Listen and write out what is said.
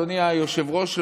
אדוני היושב-ראש,